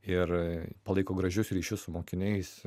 ir palaiko gražius ryšius su mokiniais